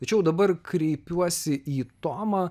tačiau dabar kreipiuosi į tomą